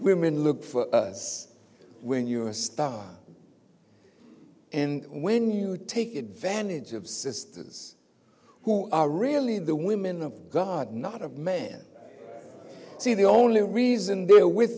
women look for us when you are a star and when you take advantage of sisters who are really the women of god not of men see the only reason they're with